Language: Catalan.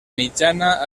mitjana